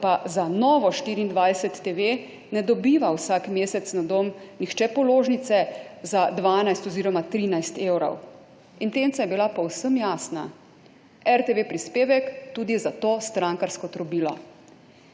da pa za Novo 24 TV ne dobiva vsak mesec na dom nihče položnice za 12 oziroma 13 evrov. Intenca je bila povsem jasna − RTV prispevek tudi za to strankarsko trobilo.